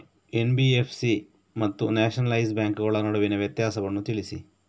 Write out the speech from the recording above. NBFC ಮತ್ತು nationalise ಬ್ಯಾಂಕುಗಳ ನಡುವಿನ ವ್ಯತ್ಯಾಸವನ್ನು ತಿಳಿಸಿ?